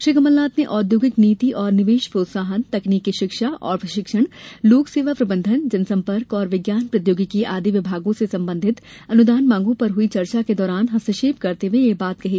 श्री कमलनाथ ने औद्योगिक नीति एवं निवेश प्रोत्साहन तकनीकी शिक्षा एवं प्रशिक्षण लोक सेवा प्रबंधन जनसंपर्क और विज्ञान प्रौद्योगिकी आदि विभागों से संबंधित अनुदान मांगों पर हुयी चर्चा के दौरान हस्तक्षेप करते हुए यह बात कही